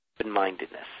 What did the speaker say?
open-mindedness